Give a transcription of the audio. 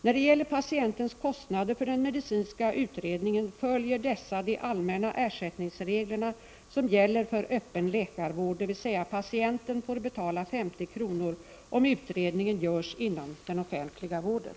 När det gäller patientens kostnader för den medicinska utredningen följer dessa de allmänna ersättningsregler som gäller för öppen läkarvård, dvs. patienten får betala 50 kr. om utredningen görs inom den offentliga vården.